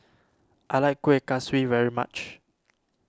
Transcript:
I like Kuih Kaswi very much